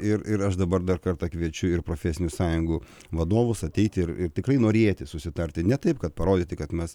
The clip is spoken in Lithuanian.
ir ir aš dabar dar kartą kviečiu ir profesinių sąjungų vadovus ateiti ir ir tikrai norėti susitarti ne taip kad parodyti kad mes